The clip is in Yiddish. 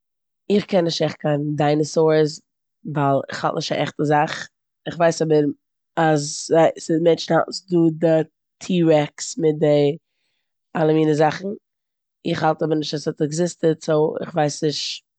איך קען נישט עכט קיין דיינעסארס ווייל כ'האלט נישט ס'א עכטע זאך. כ'ווייס אבער אז זיי- ס'דא מענטשן וואס האלטן ס'דא די טי-רעקס מיט די אלע מינע זאכן. איך אלט אבער נישט אז ס'האט עקזיסטעט סאו כ'ווייס נישט.